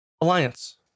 Alliance